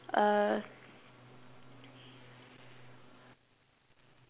err